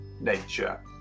nature